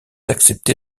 accepter